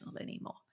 anymore